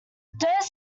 doves